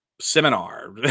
seminar